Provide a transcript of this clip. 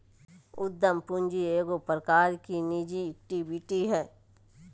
उद्यम पूंजी एगो प्रकार की निजी इक्विटी हइ